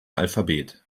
alphabet